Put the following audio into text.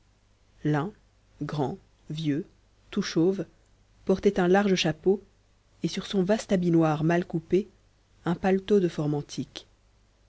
l'un grand vieux tout chauve portait un large chapeau et sur son vaste habit noir mal coupé un paletot de